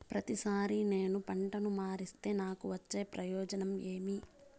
ప్రతిసారి నేను పంటను మారిస్తే నాకు వచ్చే ప్రయోజనం ఏమి?